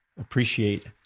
appreciate